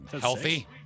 healthy